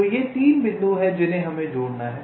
तो ये 3 बिंदु हैं जिन्हें हमें जोड़ना है